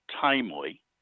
timely